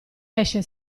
esce